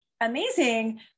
amazing